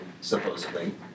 supposedly